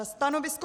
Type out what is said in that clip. Stanovisko?